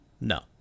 No